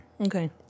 Okay